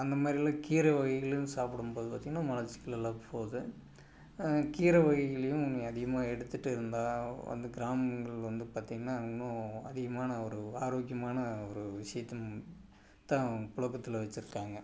அந்த மாதிரிலாம் கீரை வகைகளும் சாப்பிடும் போது பார்த்தீங்கன்னா மலச்சிக்களெல்லாம் போது கீரை வகைகளையும் கொஞ்சம் அதிகமாக எடுத்துகிட்டு இருந்தால் வந்து கிராமங்களில் வந்து பார்த்தீங்கன்னா இன்னும் அதிகமான ஒரு ஆரோக்கியமான ஒரு விஷயத்த தான் புழக்கத்துல வச்சுருக்காங்க